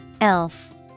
Elf